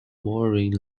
mooring